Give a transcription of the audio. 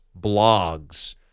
blogs